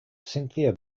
cynthia